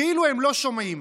כאילו הם לא שומעים.